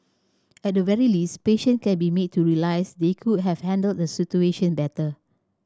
at the very least patient can be made to realise they could have handled the situation better